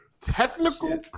Technical